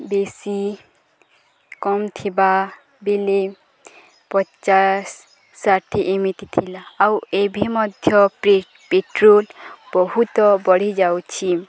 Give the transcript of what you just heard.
ବେଶୀ କମ୍ ଥିବା ବେଲେ ପଚାଶ ଷାଠିଏ ଏମିତି ଥିଲା ଆଉ ଏବେ ମଧ୍ୟ ପେଟ୍ରୋଲ ବହୁତ ବଢ଼ିଯାଉଛି